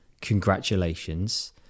congratulations